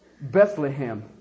Bethlehem